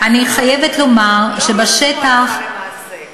לא מומשו הלכה למעשה.